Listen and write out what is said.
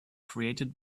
created